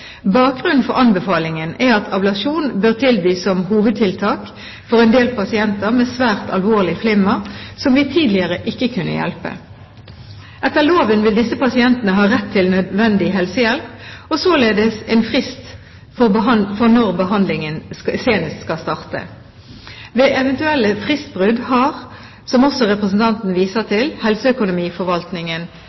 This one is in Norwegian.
Bakgrunnen for anbefalingen er at ablasjon bør tilbys som hovedtiltak for en del pasienter med svært alvorlig flimmer, som vi tidligere ikke kunne hjelpe. Etter loven vil disse pasientene ha rett til nødvendig helsehjelp og således en frist for når behandlingen senest skal starte. Ved eventuelle fristbrudd har, som også representanten viser til, Helseøkonomiforvaltningen,